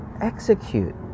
Execute